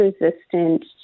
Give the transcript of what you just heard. resistant